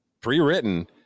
pre-written